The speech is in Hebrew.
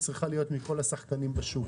היא צריכה להיות מכל השחקנים בשוק.